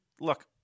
look